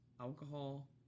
alcohol